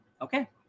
okay